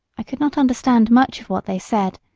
i could not understand much of what they said,